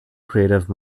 creative